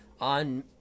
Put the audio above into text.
on